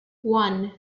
one